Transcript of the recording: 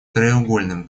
краеугольным